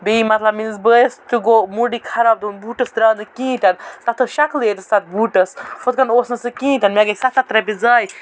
بیٚیہِ مطلب میانِس بٲیِس تہِ گوٚو موڈی خراب دوٚپُن بوٗٹس دراو نہٕ کِہیٖنۍ تہِ نہٕ تتھ ٲس شکلٕے یٲتِس تتھ بوٗٹس ہُتھ کٔنۍ اوس نہٕ سُہ کِہیٖنۍ تہِ نہٕ مےٚ گٔے ستھ ہتھ رۄپیہِ زایہِ